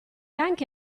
anche